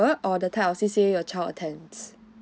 C_C_A your child attends